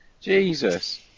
Jesus